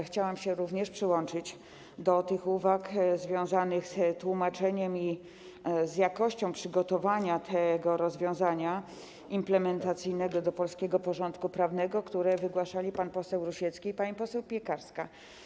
Chcę się również przyłączyć do uwag związanych z tłumaczeniem i z jakością przygotowania rozwiązania implementacyjnego do polskiego porządku prawnego, które wygłaszali pan poseł Rusiecki i pani poseł Piekarska.